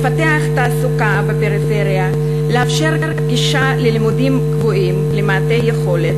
לפתח תעסוקה בפריפריה ולאפשר גישה ללימודים גבוהים למעוטי יכולת,